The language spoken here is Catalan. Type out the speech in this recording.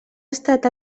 estat